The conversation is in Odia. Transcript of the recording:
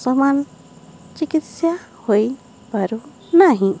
ସମାନ ଚିକିତ୍ସା ହୋଇପାରୁ ନାହିଁ